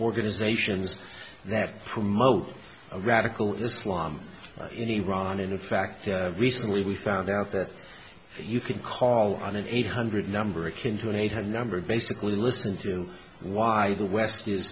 organizations that promote a radical islam in iran and in fact recently we found out that you can call on an eight hundred number of kin to an eight hundred number basically listen to why the west is